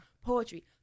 poetry